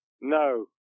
no